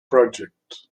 project